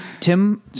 Tim